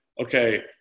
okay